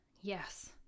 Yes